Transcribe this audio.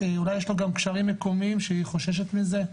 אולי יש לו גם קשרים מקומיים שהיא חוששת מזה.